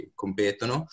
competono